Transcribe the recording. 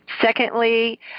Secondly